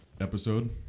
episode